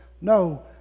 no